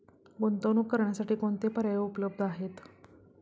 गुंतवणूक करण्यासाठी कोणते पर्याय उपलब्ध आहेत?